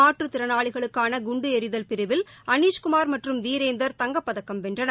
மாற்றுத் திறனாளிகளுக்கான குண்டு எநிதல் பிரிவில் அளிஷ்குமார் மற்றும் வீரேந்தர் தங்கப்பதக்கம் வென்றனர்